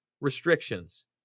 restrictions